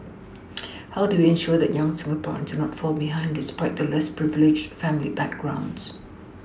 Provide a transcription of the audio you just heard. how do we ensure that young Singaporeans do not fall behind despite their less privileged family backgrounds